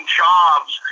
jobs